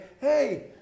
hey